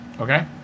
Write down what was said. Okay